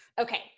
Okay